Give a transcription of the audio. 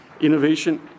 innovation